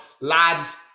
lads